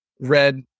red